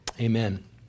amen